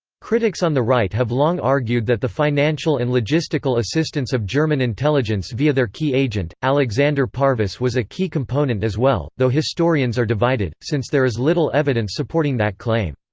critics on the right have long argued that the financial and logistical assistance of german intelligence via their key agent, alexander parvus was a key component as well, though historians are divided, since there is little evidence supporting that claim.